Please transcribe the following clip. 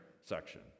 section